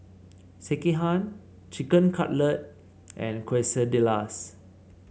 Sekihan Chicken Cutlet and Quesadillas